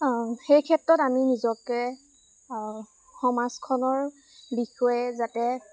সেই ক্ষেত্ৰত আমি নিজকে সমাজখনৰ বিষয়ে যাতে